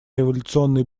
революционной